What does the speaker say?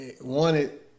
wanted